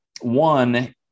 One